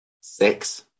six